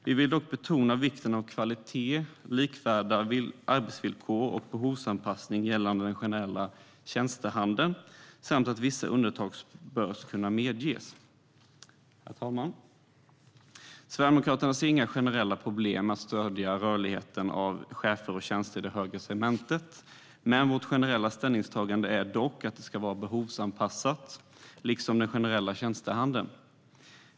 Vi vill dock betona vikten av kvalitet, likvärdiga arbetsvillkor och behovsanpassning vad gäller den generella tjänstehandeln samt av att vissa undantag bör kunna medges. Herr talman! Sverigedemokraterna ser inga generella problem med att stödja rörlighet för chefer och tjänster i det högre segmentet, men vårt generella ställningstagande är att rörligheten ska vara behovsanpassad. Det gäller även den generella tjänstehandeln.